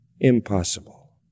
Impossible